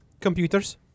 Computers